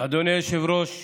אדוני היושב-ראש,